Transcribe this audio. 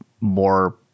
more